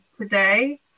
today